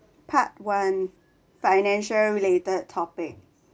part one financial related topic